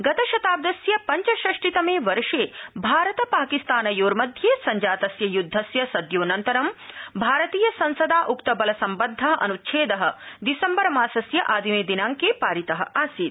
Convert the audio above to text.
गतशताब्दस्य पंचषष्टितमे वर्षे भारत पाकिस्तानयोर्यघ्ये संजातस्य यद्धस्य सद्योड़न्तरं भारतीय संसदा उक्तबलसम्बद्ध अनच्छेद दिसम्बरमासस्य आदिमे दिनांके पारित आसीत